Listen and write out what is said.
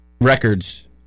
records